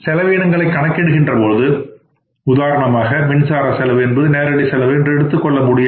செலவீனங்களை கணக்கிடுகின்ற போது உதாரணமாக மின்சார செலவு என்பது நேரடி செலவு என்று எடுத்துக்கொள்ள முடியாது